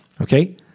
Okay